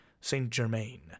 Saint-Germain